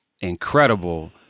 incredible